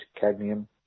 cadmium